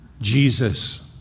Jesus